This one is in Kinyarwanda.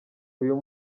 uyu